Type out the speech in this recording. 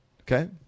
Okay